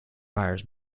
fires